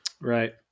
right